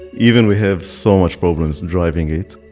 even we have so much problems and driving it.